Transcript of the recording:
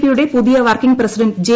P യുടെ പുതിയ working president J